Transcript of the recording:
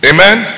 Amen